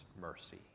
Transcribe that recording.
mercy